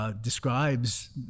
Describes